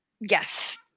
yes